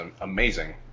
amazing